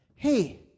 hey